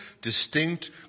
distinct